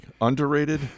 underrated